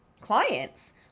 clients